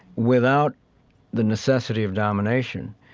without the necessity of domination.